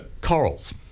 corals